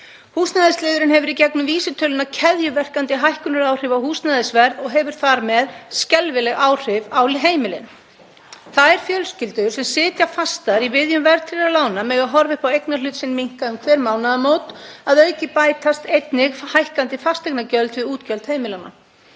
Húsnæðisliðurinn hefur í gegnum vísitöluna keðjuverkandi hækkunaráhrif á húsnæðisverð og hefur þar með skelfileg áhrif á heimilin. Þær fjölskyldur sem sitja fastar í viðjum verðtryggðra lána mega horfa upp á eignarhlut sinn minnka um hver mánaðamót. Að auki bætast hækkandi fasteignagjöld við útgjöld heimilanna.